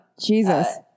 Jesus